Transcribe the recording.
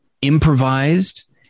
improvised